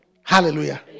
Hallelujah